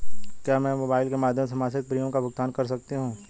क्या मैं मोबाइल के माध्यम से मासिक प्रिमियम का भुगतान कर सकती हूँ?